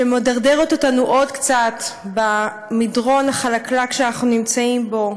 שמדרדרת אותנו עד קצת במדרון החלקלק שאנחנו נמצאים בו,